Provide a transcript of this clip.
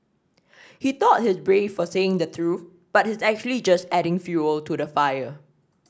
he thought he's brave for saying the truth but he's actually just adding fuel to the fire